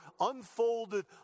unfolded